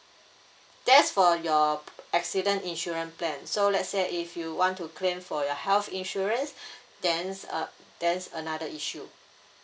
that's for your accident insurance plan so let's say if you want to claim for your health insurance there's err there's another issue